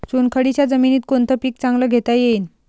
चुनखडीच्या जमीनीत कोनतं पीक चांगलं घेता येईन?